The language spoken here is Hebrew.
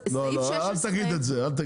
אל תגיד את זה.